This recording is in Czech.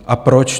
A proč?